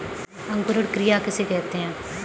अंकुरण क्रिया किसे कहते हैं?